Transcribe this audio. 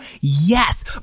Yes